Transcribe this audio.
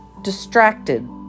Distracted